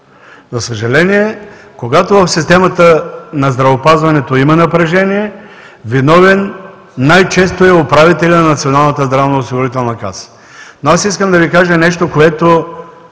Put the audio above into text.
За съжаление, когато в системата на здравеопазването има напрежение, виновен най-често е управителят на Националната здравноосигурителна каса. Но искам да Ви кажа нещо, което